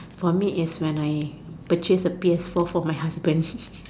for is when I purchase a P_S four for my husband